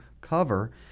cover